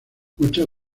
muchas